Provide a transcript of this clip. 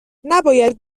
نباید